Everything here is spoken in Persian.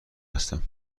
هستم